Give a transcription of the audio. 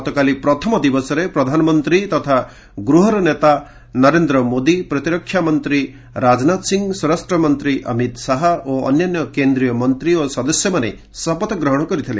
ଗତକାଲି ପ୍ରଥମ ଦିବସରେ ପ୍ରଧାନମନ୍ତ୍ରୀ ତଥା ଗୃହର ନେତା ନରେନ୍ଦ୍ର ମୋଦି ପ୍ରତିରକ୍ଷା ମନ୍ତ୍ରୀ ରାଜନାଥ ସିଂ ସ୍ୱରାଷ୍ଟ୍ରମନ୍ତ୍ରୀ ଅମିତ ଶାହା ଓ ଅନ୍ୟାନ୍ୟ କେନ୍ଦ୍ରୀୟ ମନ୍ତ୍ରୀ ଏବଂ ସଦସ୍ୟମାନେ ଶପଥ ଗ୍ରହଣ କରିଥିଲେ